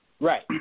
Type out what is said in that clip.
Right